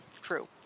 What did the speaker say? True